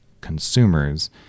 consumers